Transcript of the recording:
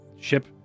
ship